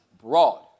broad